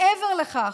מעבר לכך,